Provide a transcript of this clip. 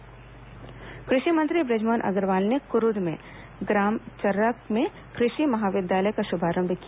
कृषि महाविद्यालय कृषि मंत्री बृजमोहन अग्रवाल ने कुरूद के ग्राम चर्रा में कृषि महाविद्यालय का शुभारंभ किया